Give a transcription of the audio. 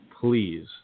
Please